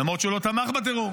למרות שהוא לא תמך בטרור,